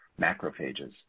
macrophages